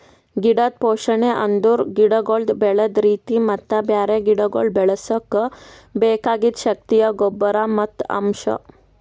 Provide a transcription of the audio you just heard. ಗಿಡದ್ ಪೋಷಣೆ ಅಂದುರ್ ಗಿಡಗೊಳ್ದು ಬೆಳದ್ ರೀತಿ ಮತ್ತ ಬ್ಯಾರೆ ಗಿಡಗೊಳ್ ಬೆಳುಸುಕ್ ಬೆಕಾಗಿದ್ ಶಕ್ತಿಯ ಗೊಬ್ಬರ್ ಮತ್ತ್ ಅಂಶ್